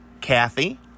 Kathy